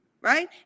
right